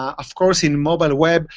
of course, in mobile web,